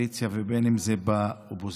בין שזה בקואליציה ובין שזה באופוזיציה.